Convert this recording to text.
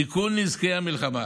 תיקון נזקי המלחמה,